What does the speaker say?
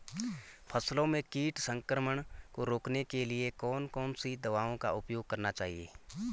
फसलों में कीट संक्रमण को रोकने के लिए कौन कौन सी दवाओं का उपयोग करना चाहिए?